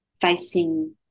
facing